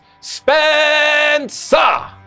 Spencer